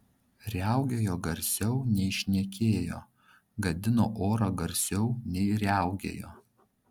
riaugėjo garsiau nei šnekėjo gadino orą garsiau nei riaugėjo